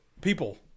people